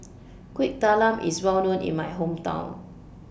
Kuih Talam IS Well known in My Hometown